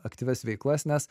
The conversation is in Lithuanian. aktyvias veiklas nes